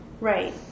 Right